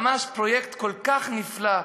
פרויקט כל כך נפלא.